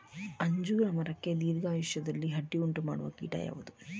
ಅಂಜೂರ ಮರಕ್ಕೆ ದೀರ್ಘಾಯುಷ್ಯದಲ್ಲಿ ಅಡ್ಡಿ ಉಂಟು ಮಾಡುವ ಕೀಟ ಯಾವುದು?